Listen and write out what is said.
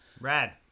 rad